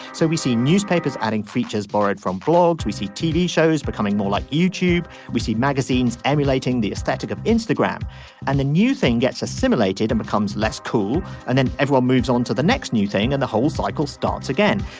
so we see newspapers adding features borrowed from blogs. we see tv shows becoming more like youtube. we see magazines emulating the aesthetic of instagram and the new thing gets assimilated and becomes less cool and then everyone moves onto the next new thing and the whole cycle starts again.